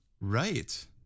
Right